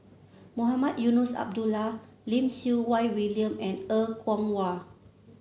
Mohamed Eunos Abdullah Lim Siew Wai William and Er Kwong Wah